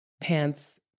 pants